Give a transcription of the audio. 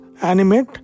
animate